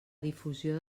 difusió